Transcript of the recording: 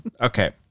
Okay